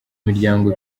miryango